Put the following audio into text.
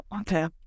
Okay